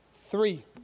Three